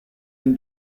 den